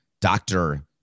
doctor